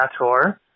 Tour